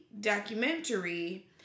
documentary